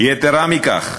יתרה מכך,